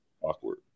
awkward